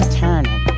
turning